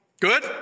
Good